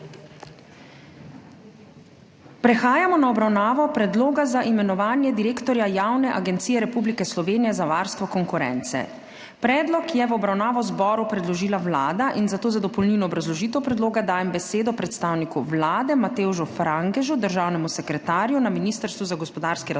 Prehajamo na obravnavo Predloga za imenovanje direktorja Javne agencije Republike Slovenije za varstvo konkurence. Predlog je v obravnavo zboru predložila Vlada in zato za dopolnilno obrazložitev predloga dajem besedo predstavniku Vlade Matevžu Frangežu, državnemu sekretarju na Ministrstvu za gospodarski razvoj